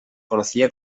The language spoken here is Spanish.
conocía